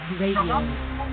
Radio